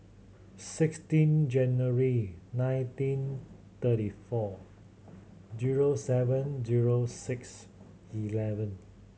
sixteen January nineteen thirty four zero seven zero six eleven